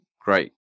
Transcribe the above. great